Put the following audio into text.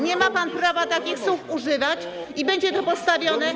Nie ma pan prawa takich słów używać i będzie to postawione.